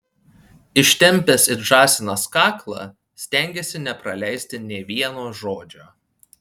ištempęs it žąsinas kaklą stengėsi nepraleisti nė vieno žodžio